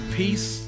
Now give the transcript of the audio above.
peace